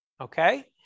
okay